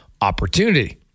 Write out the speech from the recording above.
opportunity